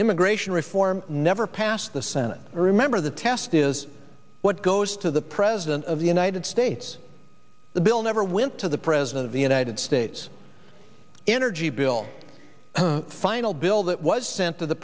immigration reform never passed the senate remember the test is what goes to the president of the united states the bill never went to the president of the united states energy bill final bill that was sent to the